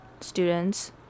students